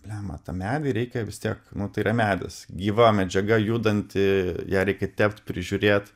bleamba tą medį reikia vis tiek nu tai yra medis gyva medžiaga judanti ją reikia tept prižiūrėt